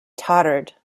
tottered